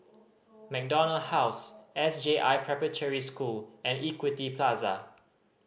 MacDonald House S J I Preparatory School and Equity Plaza